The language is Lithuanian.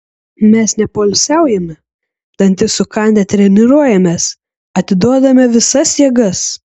mes nepoilsiaujame dantis sukandę treniruojamės atiduodame visas jėgas